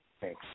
Thanks